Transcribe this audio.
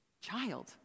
child